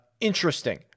interesting